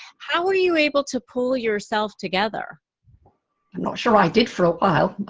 how are you able to pull yourself together? i'm not sure i did for a while.